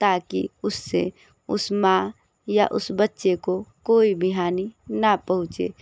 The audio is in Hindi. ताकि उस से उस माँ या उस बच्चे को कोई भी हानि ना पहुँचे